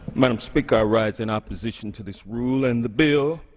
madam speaker, i rise in opposition to this rule and the bill,